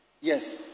Yes